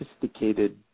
sophisticated